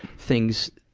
things,